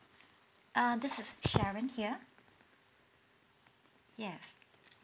err this is sharon here yes